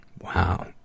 Wow